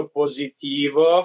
positivo